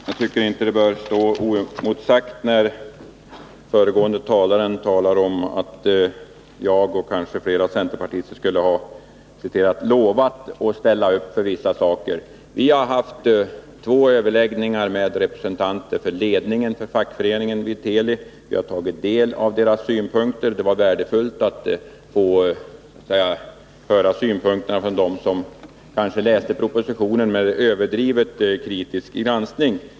Herr talman! Föregående talare sade att jag, och kanske flera centerpartister, skulle ha ”lovat” att ställa upp för vissa saker, och det bör inte stå oemotsagt. Vi har haft två överläggningar med representanter för ledningen för fackföreningen vid Teli, och vi har tagit del av deras åsikter. Det var värdefullt att få höra synpunkter från ett håll där man kanske läst propositionen överdrivet kritiskt.